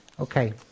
Okay